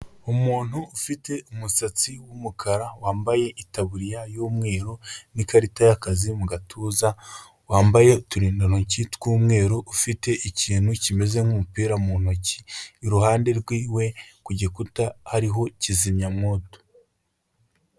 Umuntu ufite umusatsi w'umukara wambaye itaburiya y'umweru n'ikarita y'akazi mu gatuza, wambaye uturindantoki tw'umweru ufite ikintu kimeze nk'umupira mu ntoki, iruhande rwiwe ku gikuta hariho kizimyamwoto.